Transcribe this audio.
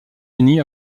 unis